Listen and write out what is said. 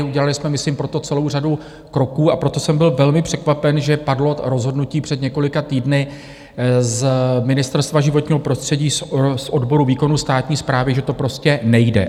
Udělali jsme myslím pro to celou řadu kroků, a proto jsem byl velmi překvapen, že padlo rozhodnutí před několika týdny z Ministerstva životního prostředí z odboru výkonu státní správy, že to prostě nejde.